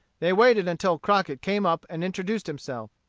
they waited until crockett came up and introduced himself.